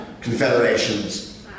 confederations